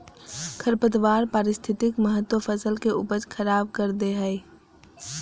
खरपतवार पारिस्थितिक महत्व फसल के उपज खराब कर दे हइ